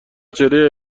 چهره